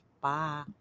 Bye